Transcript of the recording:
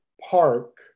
park